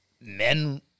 men